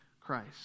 Christ